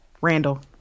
Randall